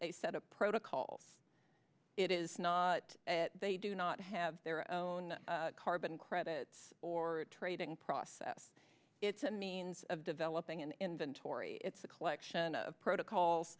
a set a protocol it is not they do not have their own carbon credits or trading process it's a means of developing an inventory it's a collection of protocols